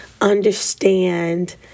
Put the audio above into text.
understand